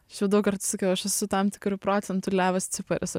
aš jau daug kartų sakiau aš esu tam tikru procentu levas ciparis